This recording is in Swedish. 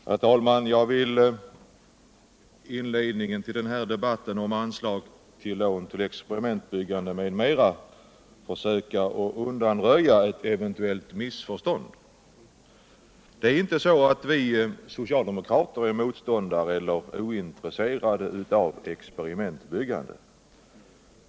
Herr talman! Jag vill i inledningen till denna debatt om anslag till lån till experimentbyggande m.m. försöka undanröja ett eventuellt missförstånd. Det är inte så, att vi socialdemokrater är motståndare till eller ointresserade av experimentbyggande.